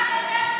מאי גולן,